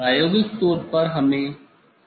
प्रायोगिक तौर पर हमें क्या करना है